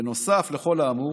נוסף על כל האמור,